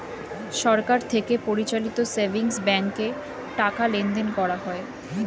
সরকার থেকে পরিচালিত সেভিংস ব্যাঙ্কে টাকা লেনদেন করা হয়